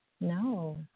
no